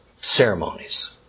ceremonies